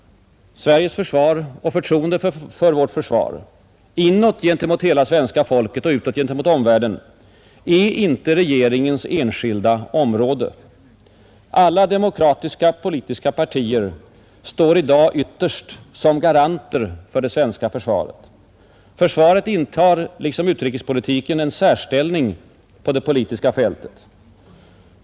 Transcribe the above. Sveriges försvar och förtroendet för det — inåt gentemot svenska folket och utåt gentemot omvärlden — är inte regeringens enskilda område. Alla demokratiska politiska partier står i dag ytterst som garanter för det svenska försvaret. Försvaret intar liksom utrikespolitiken en särställning på det politiska fältet.